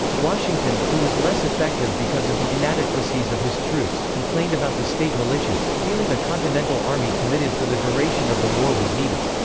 washington, who was less effective because of the inadequacies of his troops, complained about the state militias, feeling a continental army committed for the duration of the war was needed.